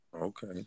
Okay